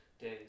days